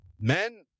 Men